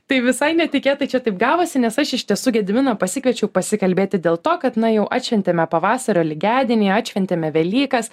tai visai netikėtai čia taip gavosi nes aš iš tiesų gediminą pasikviečiau pasikalbėti dėl to kad na jau atšventėme pavasario lygiadienį atšventėme velykas